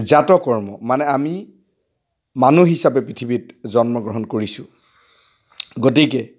জাত কৰ্ম মানে আমি মানুহ হিচাপে পৃথিৱীত জন্মগ্ৰহণ কৰিছোঁ গতিকে